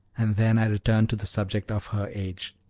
and then i returned to the subject of her age.